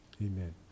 amen